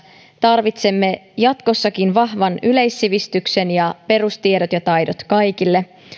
tarvitsemme jatkossakin vahvan yleissivistyksen ja perustiedot ja taidot kaikille